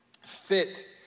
Fit